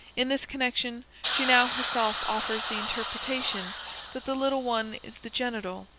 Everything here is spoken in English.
in this connection she now herself offers the interpretation that the little one is the genital,